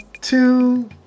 two